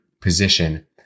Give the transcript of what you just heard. position